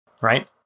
right